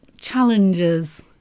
challenges